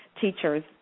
teachers